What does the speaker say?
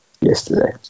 yesterday